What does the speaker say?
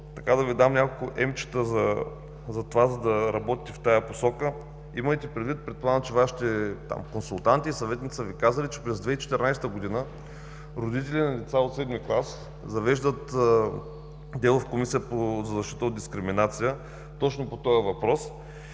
да Ви дам няколко примера, за да работите в тази посока. Имайте предвид, предполагам, че Вашите консултанти и съветници са Ви казали, че през 2014 г. родители на деца от VII клас завеждат дело в Комисията за защита от дискриминация точно по този въпрос.